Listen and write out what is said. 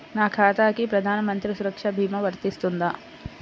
నా ఖాతాకి ప్రధాన మంత్రి సురక్ష భీమా వర్తిస్తుందా?